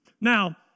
Now